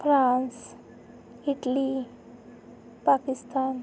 France Italy Pakistan